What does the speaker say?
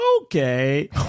okay